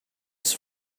his